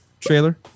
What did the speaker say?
trailer